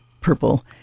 purple